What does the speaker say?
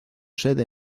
sede